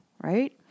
right